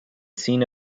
scene